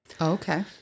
Okay